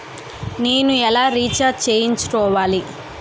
నేను ఎలా రీఛార్జ్ చేయించుకోవాలి?